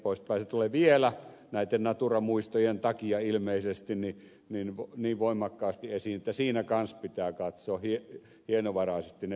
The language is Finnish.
se tulee vielä näitten natura muistojen takia ilmeisesti niin voimakkaasti esiin siinä kanssa pitää katsoa hienovaraisesti ne pelisäännöt